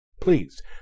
please